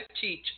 teach